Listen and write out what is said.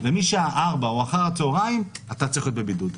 ומשעה 16:00 או אחר הצהריים אתה צריך להיות בבידוד.